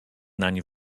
nań